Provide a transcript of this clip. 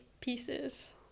pieces